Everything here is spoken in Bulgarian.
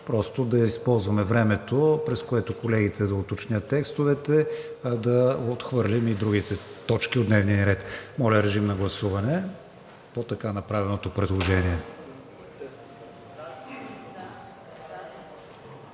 просто да използваме времето, през което колегите да уточнят текстовете, за да отхвърлим и другите точки от дневния ред. Моля, режим на гласуване по така направеното предложение.